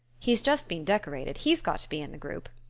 he's just been decorated he's got to be in the group.